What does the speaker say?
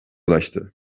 ulaştı